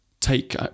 take